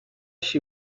she